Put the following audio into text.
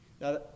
Now